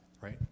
right